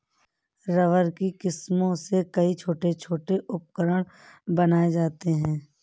rubber की किस्मों से कई छोटे छोटे उपकरण बनाये जाते हैं